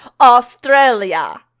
Australia